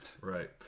Right